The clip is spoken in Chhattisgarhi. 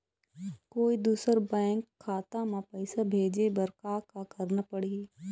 कोई दूसर बैंक खाता म पैसा भेजे बर का का करना पड़ही?